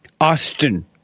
Austin